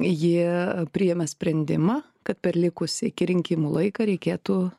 ji priėmė sprendimą kad per likusį iki rinkimų laiką reikėtų